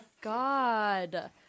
God